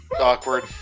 awkward